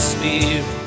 Spirit